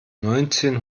neunzehn